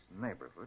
neighborhood